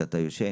כשאתה יושב,